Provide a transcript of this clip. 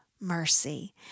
mercy